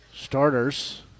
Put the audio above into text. Starters